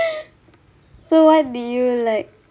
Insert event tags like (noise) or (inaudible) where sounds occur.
(laughs) so what did you like